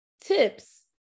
tips